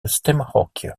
stemhokje